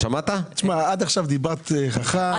עד עכשיו דיברת חכם.